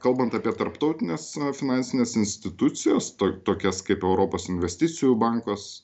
kalbant apie tarptautines finansines institucijas tokias kaip europos investicijų bankas